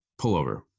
pullover